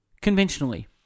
Conventionally